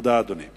תודה, אדוני.